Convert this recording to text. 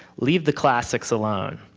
leave the classics alone.